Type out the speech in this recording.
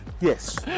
Yes